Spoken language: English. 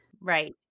Right